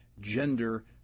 gender